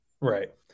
Right